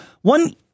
one